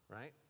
right